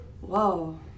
whoa